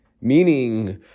Meaning